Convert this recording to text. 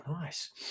nice